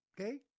Okay